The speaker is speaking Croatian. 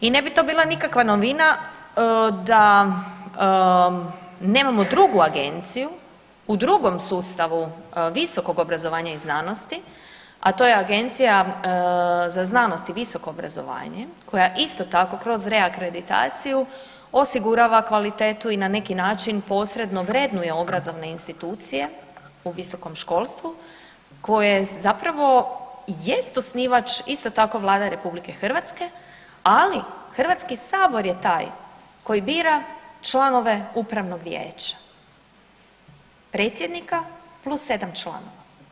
I ne bi to bila nikakva novina da nemamo drugu agenciju u drugom sustavu visokog obrazovanja i znanosti, a to je Agencija za znanost i visoko obrazovanje koja isto tako kroz reakreditaciju osigurava kvalitetu i na neki način posredno vrednuje obrazovne institucije u visokom školstvu koje zapravo jest osnivač isto tako Vlada RH, ali Hrvatski sabor je taj koji bira članove upravnog vijeća, predsjednika plus 7 članova.